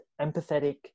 empathetic